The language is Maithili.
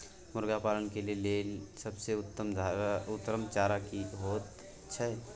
मुर्गी पालन के लेल सबसे उत्तम चारा की होयत छै?